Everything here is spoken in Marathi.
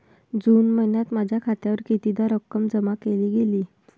जून महिन्यात माझ्या खात्यावर कितीदा रक्कम जमा केली गेली?